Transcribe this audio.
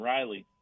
Riley